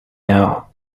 air